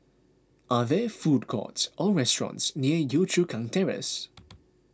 are there food courts or restaurants near Yio Chu Kang Terrace